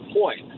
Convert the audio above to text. point